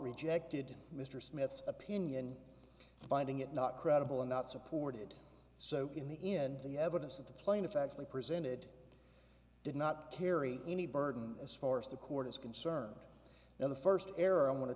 rejected mr smith's opinion finding it not credible and not supported so in the end the evidence that the plaintiff actually presented did not carry any burden as far as the court is concerned and the first error i want to